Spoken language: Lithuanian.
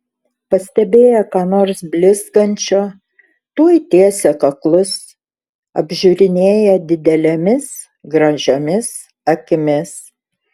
pastebėję ką nors blizgančio tuoj tiesia kaklus apžiūrinėja didelėmis gražiomis akimis